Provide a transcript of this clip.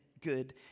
good